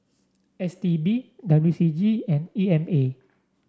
S T B W C G and E M A